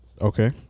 Okay